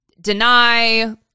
deny